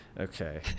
Okay